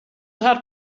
har